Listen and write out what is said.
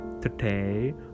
today